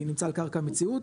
אני נמצא על קרקע המציאות,